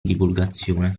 divulgazione